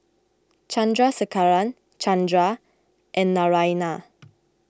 Chandrasekaran Chandra and Naraina